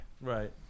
Right